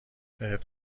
بهت